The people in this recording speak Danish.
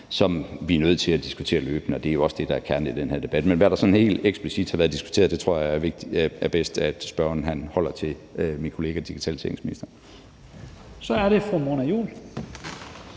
som vi er nødt til at diskutere løbende, og det er jo også det, der er kernen i den her debat. Men hvad der sådan helt eksplicit har været diskuteret, tror jeg det er bedst at spørgeren holder til min kollega digitaliseringsministeren. Kl.